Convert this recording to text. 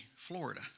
Florida